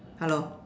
hello